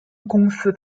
公司